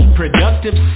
productive